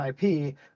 IP